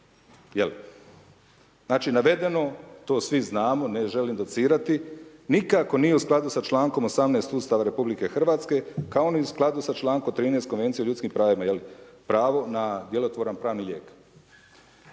znači navedeno to svi znamo, ne želim docirati, nikako nije u skladu sa člankom 18. Ustava RH, kao ni u skladu sa člankom 13. konvencije o ljudskim pravima, pravo na djelotvoran pravni lijek.